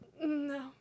No